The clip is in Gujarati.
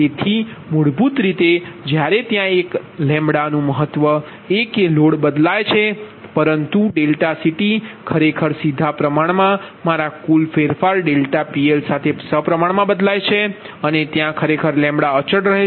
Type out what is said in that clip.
તેથી મૂળભૂત રીતે જ્યારે ત્યાં એક લામડા નુ મહત્વ એ કે લોડ બદલાઈ છે પરંતુ ∆CTખરેખર સીધા પ્રમાણમાં મારા કુલ ફેરફાર ΔPLસાથે સપ્રમાણ મા છે અને ત્યા ખરેખર અચલ છે